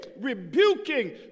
rebuking